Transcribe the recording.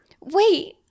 Wait